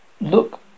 look